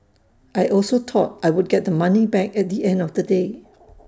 I also thought I would get the money back at the end of the day